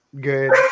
good